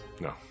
No